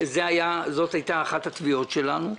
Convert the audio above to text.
זאת הייתה אחת התביעות שלנו.